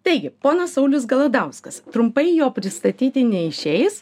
taigi ponas saulius galadauskas trumpai jo pristatyti neišeis